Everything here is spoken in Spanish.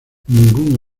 ningún